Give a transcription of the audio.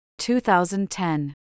2010